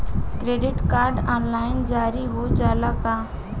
Credit card online जारी हो जाला का?